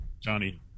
Johnny